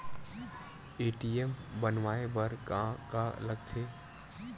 ATM बनवाय बर का का लगथे?